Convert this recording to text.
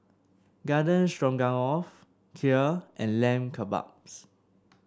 Garden Stroganoff Kheer and Lamb Kebabs